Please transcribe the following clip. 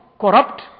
corrupt